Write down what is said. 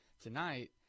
tonight